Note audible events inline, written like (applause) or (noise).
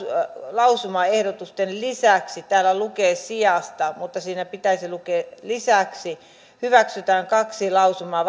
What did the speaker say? lausumaehdotusten lisäksi täällä lukee sijasta mutta pitäisi lukea lisäksi hyväksytään kaksi lausumaa (unintelligible)